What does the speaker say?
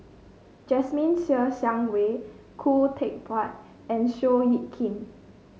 Jasmine Ser Xiang Wei Khoo Teck Puat and Seow Yit Kin